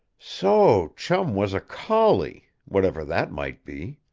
so chum was a collie whatever that might be.